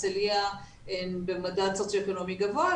הרצליה שהן במדד סוציו אקונומי גבוה,